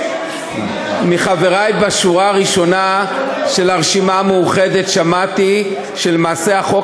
מחברי בשורה הראשונה של הרשימה המאוחדת שמעתי שלמעשה החוק